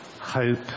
hope